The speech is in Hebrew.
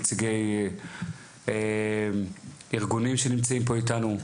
נציגי ארגונים שנמצאים פה איתנו,